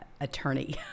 attorney